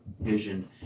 vision